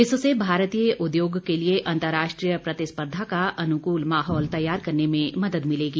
इससे भारतीय उद्योग के लिए अंतराष्ट्रीय प्रतिस्पर्धा का अनुकूल माहौल तैयार करने में मदद मिलेगी